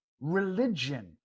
religion